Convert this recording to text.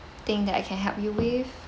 thing that I can help you with